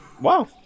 Wow